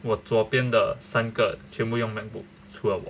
我左边的三个全部用 macbook 除了我